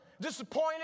disappointed